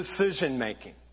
decision-making